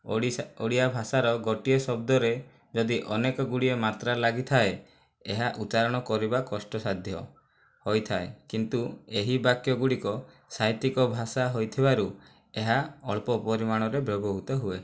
ଓଡ଼ିଶା ଓଡ଼ିଆ ଭାଷାର ଗୋଟିଏ ଶବ୍ଦରେ ଯଦି ଅନେକ ଗୁଡ଼ଏ ମାତ୍ରା ଲାଗିଥାଏ ଏହା ଉଚ୍ଚାରଣ କରିବା କଷ୍ଟ ସାଧ୍ୟ ହୋଇଥାଏ କିନ୍ତୁ ଏହି ବାକ୍ୟ ଗୁଡ଼ିକ ସାହିତ୍ୟିକ ଭାଷା ହୋଇଥିବାରୁ ଏହା ଅଳ୍ପ ପରିମାଣରେ ବ୍ୟବହୃତ ହୁଏ